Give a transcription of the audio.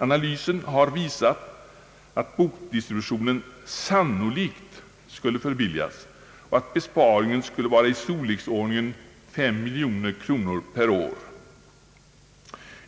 Analysen har visat, att bokdistributionen sannolikt skulle förbilligas och att besparingen skulle vara i storleksordningen 9 miljoner kronor per år.